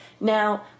Now